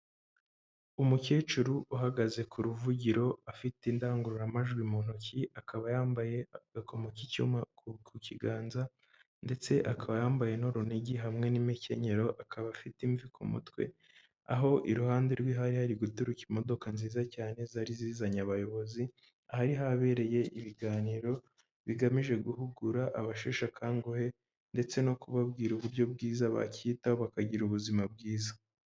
Umukecuru uhagaze ku ruvugiro afite indangururamajwi mu ntoki akaba yambaye agakoma k'icyuma ku kiganza, ndetse akaba yambaye n'urunigi hamwe n'imikenyero, akaba afite imvi ku mutwe aho iruhande rwe hari hari guturuka imodoka nziza cyane zari zizanye abayobozi ahari habereye ibiganiro bigamije guhugura abasheshe akanguhe, ndetse no kubabwira uburyo bwiza bakwiyitaho bakagira ubuzima bwiza.